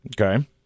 okay